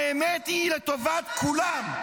האמת היא לטובת כולם.